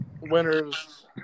winners